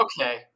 Okay